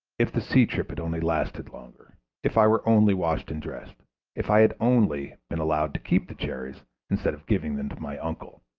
if the sea trip had only lasted longer if i were only washed and dressed if i had only been allowed to keep the cherries instead of giving them to my uncle.